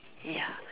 ya